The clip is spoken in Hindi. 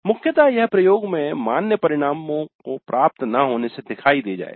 मुख्यतः यह प्रयोग में मान्य परिणामों प्राप्त न होने से दिखाई दे जाएगा